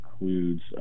includes